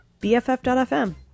BFF.fm